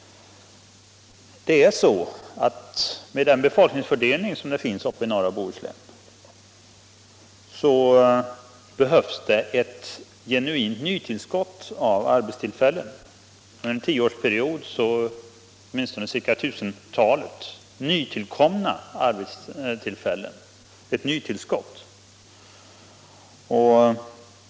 Med den befolkningsfördelning som norra Bohuslän har behövs det ett genuint nytillskott av arbetstillfällen. Under en tioårsperiod behövs det ett sådant tillskott på tusentalet arbetstillfällen.